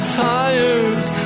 tires